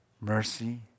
mercy